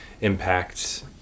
impact